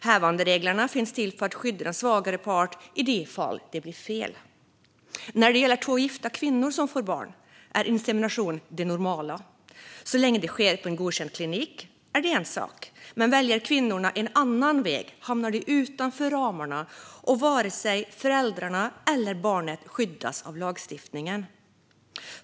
Hävandereglerna finns till för att skydda den svagare parten i de fall där det blir fel. När det gäller två gifta kvinnor som får barn är insemination det normala. Så länge det sker på en godkänd klinik är det en sak. Väljer kvinnorna en annan väg hamnar de dock utanför ramarna, och varken föräldrarna eller barnet skyddas då av lagstiftningen.